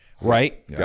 Right